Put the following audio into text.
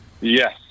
Yes